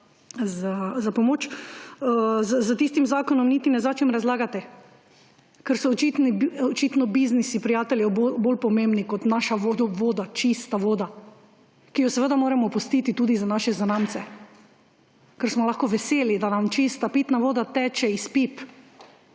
s tistim zakonom, da niti ne začnem razlagati, ker so očitno biznisi prijateljev bolj pomembni kot naša voda, čista voda, ki jo moramo pustiti tudi za naše zanamce, ker smo lahko veseli, da nam čista, pitna voda teče iz pip.